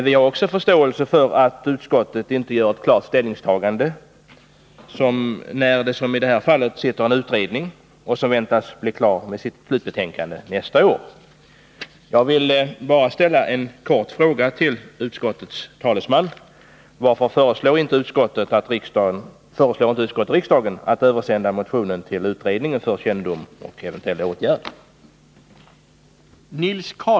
Vi har också förståelse för att utskottet inte gör ett klart ställningstagande när det, som i detta fall, sitter en utredning som väntas bli klar med sitt slutbetänkande nästa år. Jag vill ställa en kort fråga till utskottets talesman: Varför föreslår inte utskottet riksdagen att översända motionen till utredningen för kännedom och för eventuella åtgärder?